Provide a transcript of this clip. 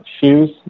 Shoes